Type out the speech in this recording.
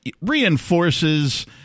reinforces